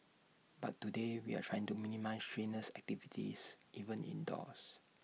but today we are trying to minimise strenuous activities even indoors